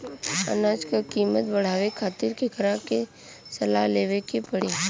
अनाज क कीमत बढ़ावे खातिर केकरा से सलाह लेवे के पड़ी?